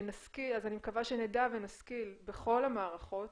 אני מקווה שנדע ונשכיל בכל המערכות,